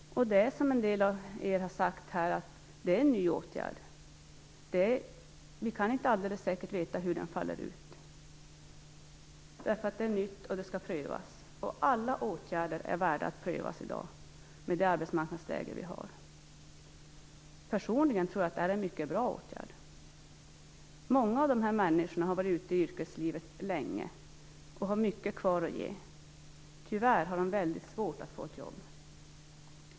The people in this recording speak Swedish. Som många har sagt är det här en ny åtgärd. Vi kan inte alldeles säkert veta hur den faller ut, eftersom den är ny och skall prövas. Alla åtgärder är värda att prövas i dag med det arbetsmarknadsläge vi har. Personligen tror jag att det är en mycket bra åtgärd. Många av de här människorna har varit ute i yrkeslivet länge och har mycket kvar att ge. Tyvärr har de mycket svårt att få ett jobb.